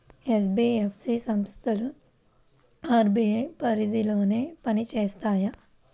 NBFC సంస్థలు RBI పరిధిలోనే పని చేస్తాయా?